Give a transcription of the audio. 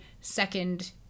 second